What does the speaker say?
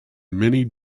many